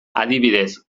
adibidez